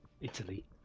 Italy